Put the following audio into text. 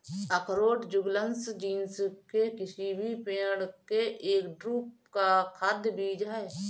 अखरोट Juglans genus के किसी भी पेड़ के एक ड्रूप का खाद्य बीज है